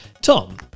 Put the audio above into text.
Tom